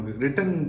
written